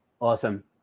Awesome